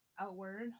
outward